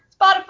Spotify